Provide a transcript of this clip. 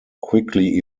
quickly